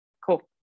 cool